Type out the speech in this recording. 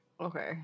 Okay